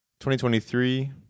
2023